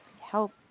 help